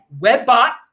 WebBot